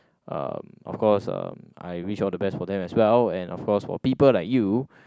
uh of course uh I wish all the best for them as well and of course for people like you